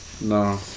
No